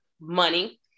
money